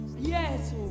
Yes